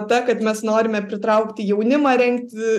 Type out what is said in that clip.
ta kad mes norime pritraukti jaunimą rengti